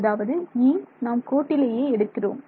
அதாவது E நாம் கோட்டிலேயே எடுக்கிறோம்